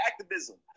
activism